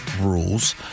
rules